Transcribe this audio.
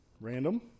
random